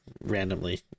randomly